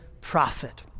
prophet